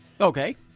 okay